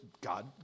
God